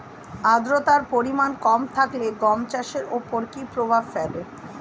আদ্রতার পরিমাণ কম থাকলে গম চাষের ওপর কী প্রভাব ফেলে?